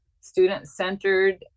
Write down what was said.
student-centered